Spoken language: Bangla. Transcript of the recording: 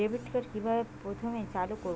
ডেবিটকার্ড কিভাবে প্রথমে চালু করব?